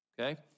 Okay